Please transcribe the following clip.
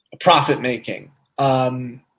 profit-making